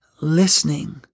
listening